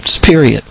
Period